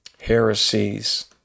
heresies